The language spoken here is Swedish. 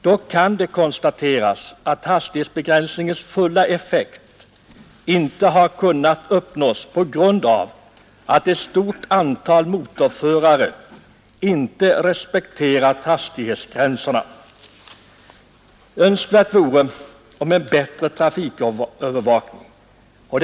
Dock kan det konstateras att hastighetsbegränsningens fulla effekt inte har kunnat uppnås på grund av att ett stort antal motorförare inte respekterar hastighetsgränserna. En bättre trafikövervakning vore önskvärd.